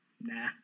Nah